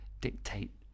dictate